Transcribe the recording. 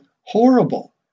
horrible